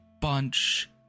bunch